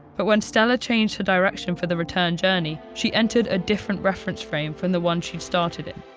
but when stella changed her direction for the return journey, she entered a different reference frame from the one she'd started in.